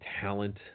talent